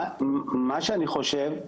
מה שאני חושב,